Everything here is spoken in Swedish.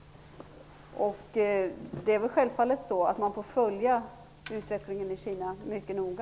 Självfallet måste vi följa utvecklingen i Kina mycket noga.